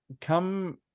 come